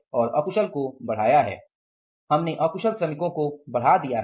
लेकिन हमने अकुशल श्रमिकों को बढ़ा दिया है